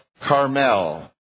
Carmel